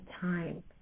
time